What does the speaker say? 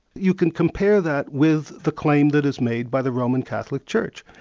you can compare that with the claim that is made by the roman catholic church.